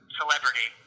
celebrity